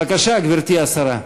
בבקשה, גברתי השרה.